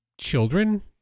children